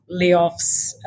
layoffs